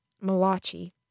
Malachi